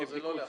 זה לא לעכשיו.